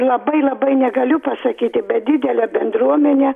labai labai negaliu pasakyti bet didelę bendruomenę